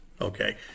okay